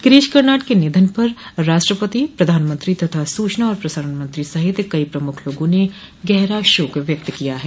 गिरीश कर्नाड के निधन पर राष्ट्रपति प्रधानमंत्री तथा सूचना और प्रसारण मंत्री सहित कई प्रमुख लोगों ने गहरा शोक व्यक्त किया है